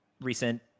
recent